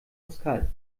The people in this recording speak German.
pascal